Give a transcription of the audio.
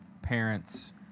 parents